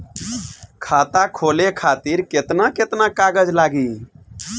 खाता खोले खातिर केतना केतना कागज लागी?